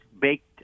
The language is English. baked